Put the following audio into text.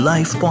Life